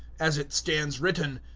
as it stands written,